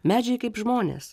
medžiai kaip žmonės